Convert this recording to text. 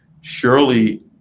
surely